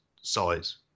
size